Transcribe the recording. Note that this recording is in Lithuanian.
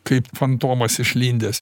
kaip fantomas išlindęs